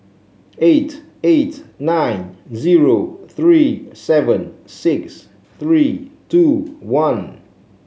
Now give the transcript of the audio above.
eight eight nine zero three seven six three two one